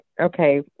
okay